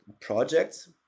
projects